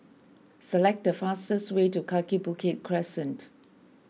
select the fastest way to Kaki Bukit Crescent